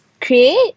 Create